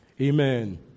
Amen